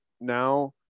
now